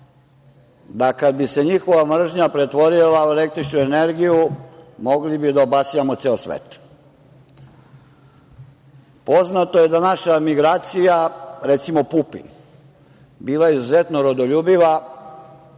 da kada bi se njihova mržnja pretvorila u električnu energiju mogli bi da obasjamo ceo svet. Poznato je da naša migracija, recimo Pupin, bila izuzetno rodoljubiva